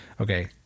Okay